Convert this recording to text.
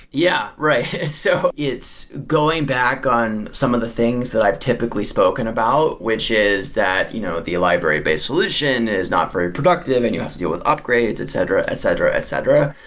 yeah, right. so, it's going back on some of the things that i've typically spoken about, which is that you know the library-based solution is not very productive and you have to deal with upgrades, etc, etc, etc.